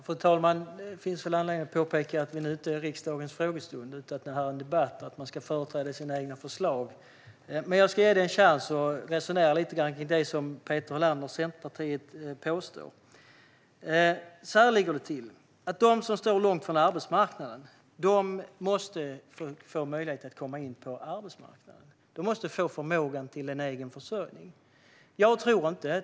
Fru talman! Det finns anledning att påpeka att detta inte är riksdagens frågestund utan en debatt och att man ska företräda sina egna förslag. Men jag ska ge Centerpartiets Peter Helander en chans och resonera lite om det som han påstår. Så här ligger det till: De som står långt från arbetsmarknaden måste få möjlighet att komma in på arbetsmarknaden. De måste få förmågan till egen försörjning.